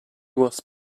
was